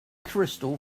crystal